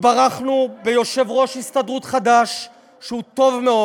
התברכנו ביושב-ראש הסתדרות חדש שהוא טוב מאוד.